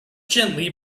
gently